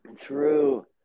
True